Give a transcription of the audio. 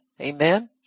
Amen